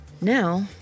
Now